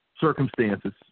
circumstances